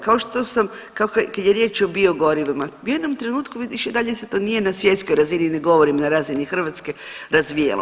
Kao što sam, kad je riječ o biogorivima, vi u jednom trenutku, više dalje se to nije na svjetskoj razini, ne govorim na razini Hrvatske, razvijalo.